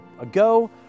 ago